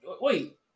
wait